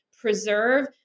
preserve